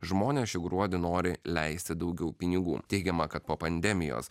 žmonės šį gruodį nori leisti daugiau pinigų teigiama kad po pandemijos